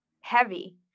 heavy